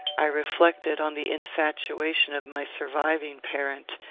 i reflected on the infatuation of my surviving parent,